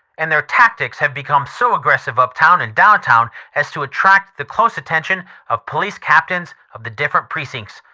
and their tactics have become so aggressive up town and down town as to attract the close attention of police captains of the different precincts.